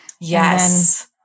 Yes